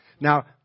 Now